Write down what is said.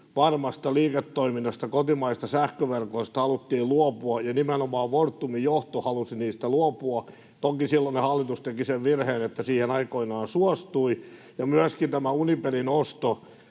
varmasta liiketoiminnasta, kotimaisista sähköverkoista, haluttiin luopua, ja nimenomaan Fortumin johto halusi niistä luopua. Toki silloinen hallitus teki sen virheen, että siihen aikoinaan suostui. Myöskin tämä Uniperin osto